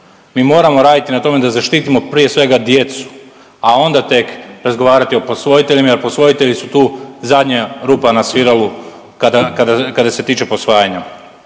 Mi moramo raditi na tome da zaštitimo prije svega djecu, a onda tek razgovarati o posvojiteljima jer posvojitelji su tu zadnja rupa na sviralu kada, kada, kada se tiče posvajanja.